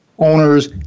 owners